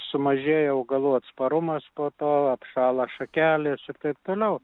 sumažėja augalų atsparumas po to apšąla šakelės ir taip toliau